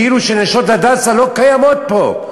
כאילו ש"נשות הדסה" לא קיימות פה,